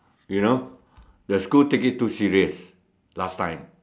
you know the school take it too serious last time